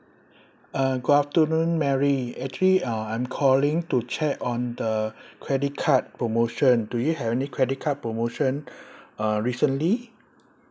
uh good afternoon mary actually uh I'm calling to check on the credit card promotion do you have any credit card promotion uh recently